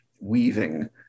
weaving